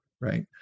right